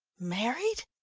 married?